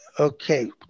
Okay